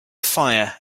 fire